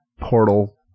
portal